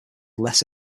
less